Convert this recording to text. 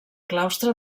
claustre